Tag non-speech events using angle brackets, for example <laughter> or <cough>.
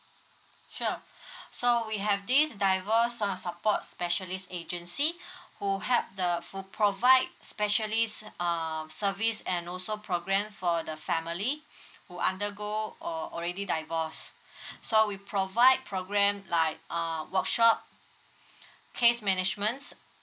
sure <breath> so we have these diverse uh support specialist agency <breath> who help the who provide specialist um service and also programme for the family <breath> who undergo or already divorced <breath> so we provide programme like err workshop <breath> case managements